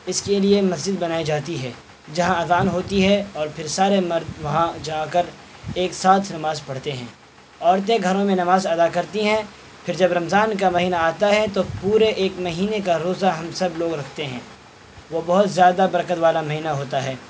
اس کے لیے مسجد بنائی جاتی ہے جہاں اذان ہوتی ہے اور پھر سارے مرد وہاں جا کر ایک ساتھ نماز پڑھتے ہیں عورتیں گھروں میں نماز ادا کرتی ہیں پھر جب رمضان کا مہینہ آتا ہے تو پورے ایک مہینے کا روزہ ہم سب لوگ رکھتے ہیں وہ بہت زیادہ برکت والا مہینہ ہوتا ہے